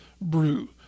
brew